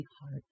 heart